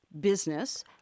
business